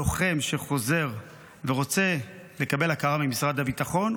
לוחם שחוזר ורוצה לקבל הכרה ממשרד הביטחון,